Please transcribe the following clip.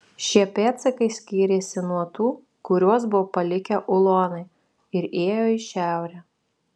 šie pėdsakai skyrėsi nuo tų kuriuos buvo palikę ulonai ir ėjo į šiaurę